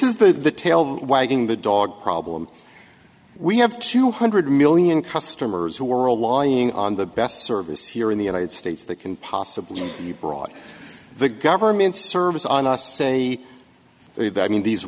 is the tail wagging the dog problem we have two hundred million customers who are a lying on the best service here in the united states that can possibly be brought the government service on us say i mean these